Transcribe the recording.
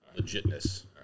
Legitness